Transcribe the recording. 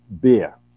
beer